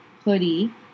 hoodie